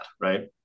right